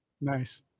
Nice